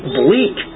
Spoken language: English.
bleak